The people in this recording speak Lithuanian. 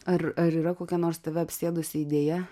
ar ar yra kokia nors tave apsėdusi idėja